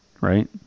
right